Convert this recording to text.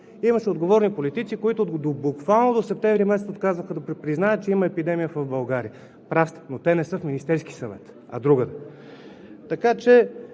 Имаше отговорни политици, които буквално до септември месец отказваха да признаят, че има епидемия в България. Прав сте, но те не са в Министерския съвет, а другаде. Така че